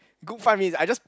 good five minutes I just